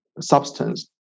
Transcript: substance